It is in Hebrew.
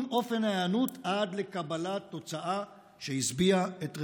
אופן ההיענות עד לקבלת תוצאה שהשביעה את רצונכם."